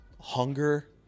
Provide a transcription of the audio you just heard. hunger